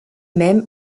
même